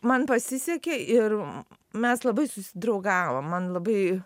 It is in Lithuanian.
man pasisekė ir mes labai susidraugavom man labai